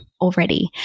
already